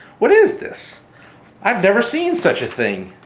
what is this? i have never seen such a thing.